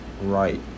Right